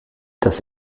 das